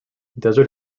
desert